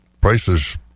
prices